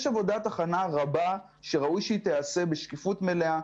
יש עבודת הכנה רבה שראוי שהיא תיעשה בשקיפות מלאה,